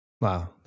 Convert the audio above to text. Wow